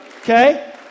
okay